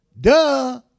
Duh